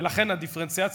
ולכן הדיפרנציאציה,